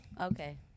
okay